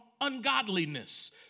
ungodliness